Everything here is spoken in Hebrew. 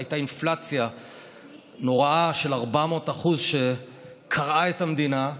הייתה אינפלציה נוראה של 400% שקרעה את המדינה,